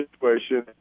situation